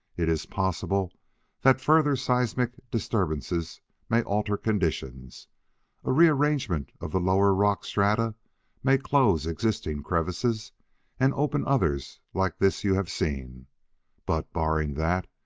it is possible that further seismic disturbances may alter conditions a rearrangement of the lower rock strata may close existing crevices and open others like this you have seen but, barring that,